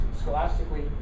scholastically